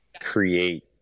create